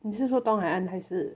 你是说东海岸还是